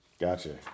Gotcha